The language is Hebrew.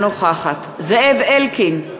אינה נוכחת זאב אלקין,